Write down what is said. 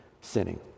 sinning